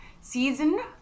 Season